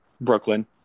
Brooklyn